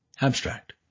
Abstract